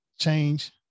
change